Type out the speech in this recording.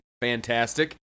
fantastic